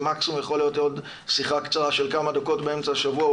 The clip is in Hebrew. זה מקסימום יכול להיות עוד שיחה קצרה של כמה דקות באמצע השבוע,